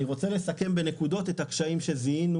אני רוצה לסכם בנקודות את הקשיים שזיהינו